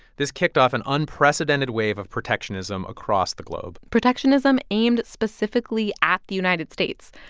this kicked off an unprecedented wave of protectionism across the globe protectionism aimed specifically at the united states.